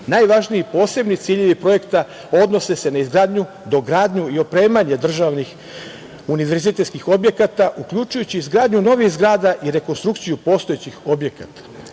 Srbiji. Najvažniji posebni ciljevi projekta odnose se na izgradnju, dogradnju i opremanje državnih univerzitetskih objekata, uključujući izgradnju novih zgrada i rekonstrukciju postojećih objekata.